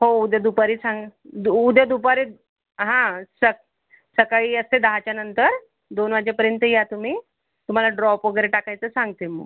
हो उद्या दुपारी हा उद्या दुपारी हा सकाळी असते दहानंतर दोन वाजेपर्यंत या तुम्ही तुम्हाला ड्रॉप वगैरे टाकायचं सांगते मग